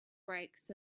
brakes